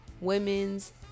Women's